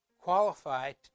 qualified